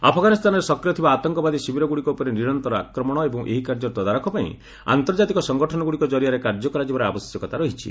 ଆଫ୍ଗାନୀସ୍ତାନରେ ସକ୍ରିୟ ଥିବା ଆତଙ୍କବାଦୀ ଶିବିରଗୁଡ଼ିକ ଉପରେ ନିରନ୍ତର ଆକ୍ରମଣ ଏବଂ ଏହି କାର୍ଯ୍ୟର ତଦାରଖପାଇଁ ଆନ୍ତର୍କାତିକ ସଙ୍ଗଠନଗୁଡ଼ିକ ଜରିଆରେ କାର୍ଯ୍ୟ କରାଯିବାର ଆବଶ୍ୟକତା ରହିଛି